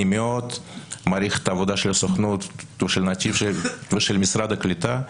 אני מאוד מעריך את העבודה של הסוכנות ושל נתיב ושל משרד הקליטה,